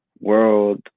world